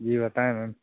जी बताएं मैम